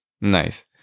Nice